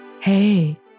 hey